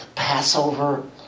Passover